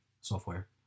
software